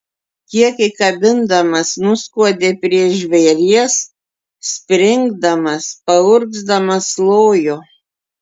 kiek įkabindamas nuskuodė prie žvėries springdamas paurgzdamas lojo